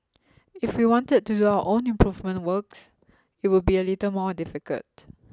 if we wanted to do our own improvement works it would be a little more difficult